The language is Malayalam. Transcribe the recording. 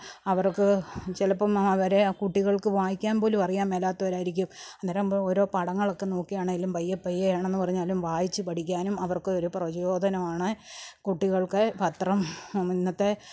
അവർക്ക് ചിലപ്പം അവരെ ആ കുട്ടികൾക്ക് വായിക്കാൻ പോലും അറിയാൻ മേലാത്തവർ ആയിരിക്കും അന്നേരം ആവുമ്പോൾ ഓരോ പടങ്ങളൊക്കെ നോക്കിയാണെങ്കിലും പയ്യെ പയ്യെ ആണെന്ന് പറഞ്ഞാലും വായിച്ച് പഠിക്കാനും അവർക്ക് ഒരു പ്രചോദനമാണ് കുട്ടികൾക്ക് പത്രം ഇന്നത്തെ